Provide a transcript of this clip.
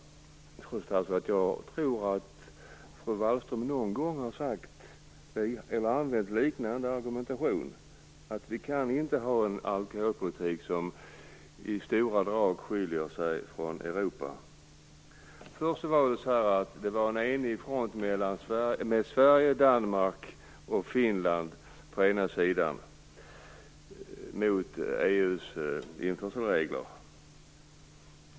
Jag tror att fru Wallström någon gång har använt en liknande argumentation, att vi inte kan ha en alkoholpolitik som i stora drag skiljer sig från Europas. Först var det en enig front mellan Sverige, Danmark och Finland på den ena sidan mot EU:s införselregler.